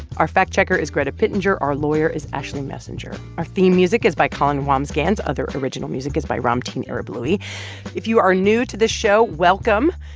our fact-checker is greta pittenger. our lawyer is ashley messenger. our theme music is by colin wambsgans. other original music is by ramtin arablouei if you are new to this show, welcome.